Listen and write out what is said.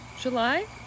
July